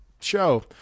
show